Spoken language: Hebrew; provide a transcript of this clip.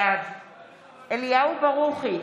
בעד אליהו ברוכי,